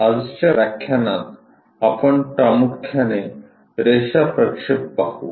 आजच्या व्याख्यानात आपण प्रामुख्याने रेषा प्रक्षेप पाहू